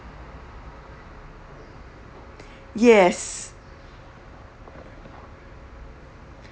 yes